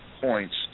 points